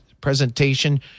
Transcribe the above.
presentation